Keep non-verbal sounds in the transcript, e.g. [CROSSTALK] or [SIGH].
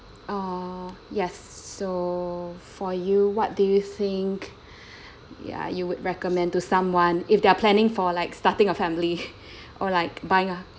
oh yes so for you what do you think [BREATH] ya you would recommend to someone if they're planning for like starting a family [LAUGHS] or like buying a